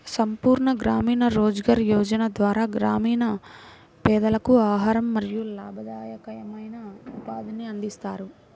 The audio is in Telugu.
సంపూర్ణ గ్రామీణ రోజ్గార్ యోజన ద్వారా గ్రామీణ పేదలకు ఆహారం మరియు లాభదాయకమైన ఉపాధిని అందిస్తారు